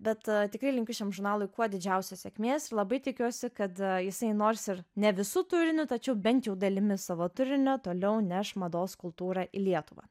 bet tikrai linkiu šiam žurnalui kuo didžiausios sėkmės labai tikiuosi kad jisai nors ir ne visu turiniu tačiau bent jau dalimi savo turinio toliau neš mados kultūrą į lietuvą